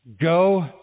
Go